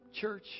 Church